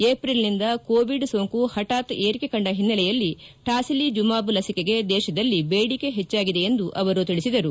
ಏಪ್ರಿಲ್ನಿಂದ Covid ಸೋಂಕು ಹಠಾತ್ ಏರಿಕೆ ಕಂಡ ಹಿನ್ನೆಲೆಯಲ್ಲಿ ಟಾಸಿಲಿಜುಮಾಬ್ ಲಸಿಕೆಗೆ ದೇಶದಲ್ಲಿ ಬೇಡಿಕೆ ಹೆಚ್ಚಾಗಿದೆ ಎಂದು ಅವರು ತಿಳಿಸಿದರು